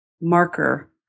marker